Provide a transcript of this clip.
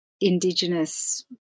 Indigenous